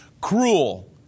cruel